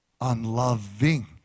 unloving